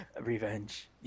Revenge